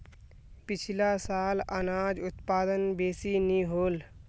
पिछला साल अनाज उत्पादन बेसि नी होल